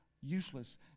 useless